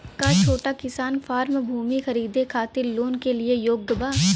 का छोटा किसान फारम भूमि खरीदे खातिर लोन के लिए योग्य बा?